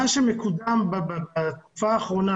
מה שמקודם בתקופה האחרונה,